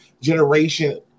generation